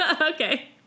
Okay